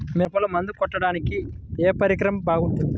మిరపలో మందు కొట్టాడానికి ఏ పరికరం బాగుంటుంది?